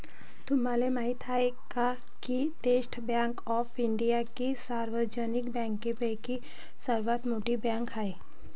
तुम्हाला माहिती आहे का की स्टेट बँक ऑफ इंडिया ही सार्वजनिक बँकांपैकी सर्वात मोठी बँक आहे